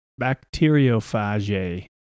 bacteriophage